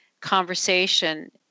conversation